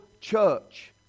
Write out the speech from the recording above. church